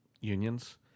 Unions